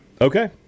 Okay